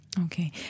Okay